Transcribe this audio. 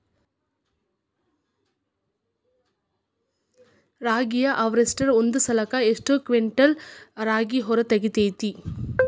ರಾಗಿಯ ಹಾರ್ವೇಸ್ಟರ್ ಒಂದ್ ಸಲಕ್ಕ ಎಷ್ಟ್ ಕ್ವಿಂಟಾಲ್ ರಾಗಿ ಹೊರ ತೆಗಿತೈತಿ?